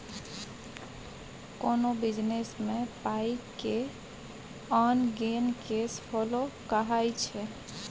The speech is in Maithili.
कोनो बिजनेस मे पाइ के आन गेन केस फ्लो कहाइ छै